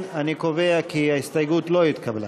לא נתקבלה.